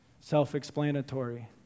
self-explanatory